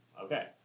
Okay